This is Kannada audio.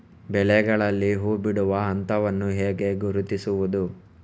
ಬೆಳೆಗಳಲ್ಲಿ ಹೂಬಿಡುವ ಹಂತವನ್ನು ಹೇಗೆ ಗುರುತಿಸುವುದು?